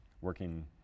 working